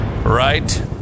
Right